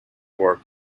work